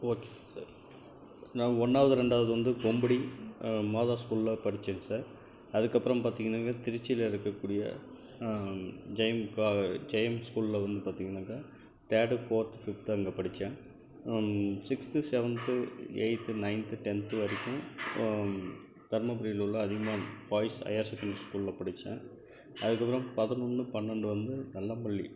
okay sir நான் ஒன்றாவது ரெண்டாவது வந்து பொம்புடி மாதா ஸ்கூலில் படித்தேங்க சார் அதுக்கப்புறம் பார்த்தீங்கன்னாக்க திருச்சியில் இருக்கக்கூடிய ஜெயம் கா ஜெயம் ஸ்கூலில் வந்து பார்த்தீங்கன்னாக்கா தேர்டு ஃபோர்த் ஃபிஃப்த்து அங்கே படித்தேன் sixth seventh eighth ninth tenth வரைக்கும் தருமபுரியில் உள்ள அதியமான் பாய்ஸ் ஹையர் செகண்டரி ஸ்கூலில் படித்தேன் அதுக்கப்புறம் பதினொன்னு பன்னெண்டு வந்து கல்லம்பள்ளி